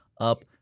up